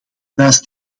naast